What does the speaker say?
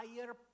higher